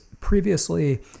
previously